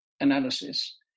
analysis